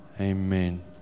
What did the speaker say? Amen